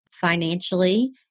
financially